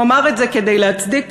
הוא אמר את זה כדי להצדיק